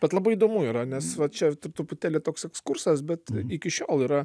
bet labai įdomu yra nes va čia truputėlį toks ekskursas bet iki šiol yra